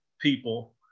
people